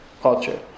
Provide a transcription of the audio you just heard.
culture